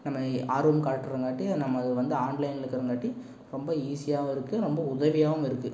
நம்ம ஆர்வம் காட்டுறாங்காட்டி நம்ம அது வந்து ஆன்லைனில் இருக்குறங்காட்டி ரொம்ப ஈஸியாகவும் இருக்கு ரொம்ப உதவியாகவும் இருக்குது